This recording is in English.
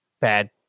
Bad